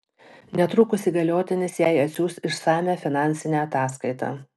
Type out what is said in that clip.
netrukus įgaliotinis jai atsiųs išsamią finansinę ataskaitą